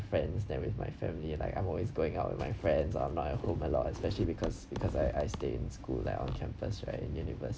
friends than with my family like I'm always going out with my friends I'm not at home a lot especially because because I I stay in school like on campus right and univers~